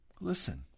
Listen